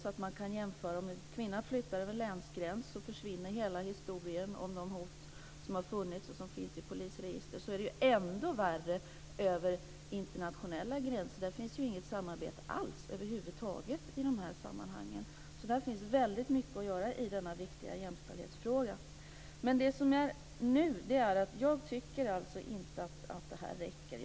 Om en kvinna flyttar över en länsgräns försvinner hela historien om de hot som har förekommit och som finns i polisregister. Men det är ju ännu värre över internationella gränser. Där finns det inget samarbete över huvud taget i de här sammanhangen. Det finns alltså väldigt mycket att göra i denna viktiga jämställdhetsfråga. Men i nuläget tycker jag alltså inte att detta räcker.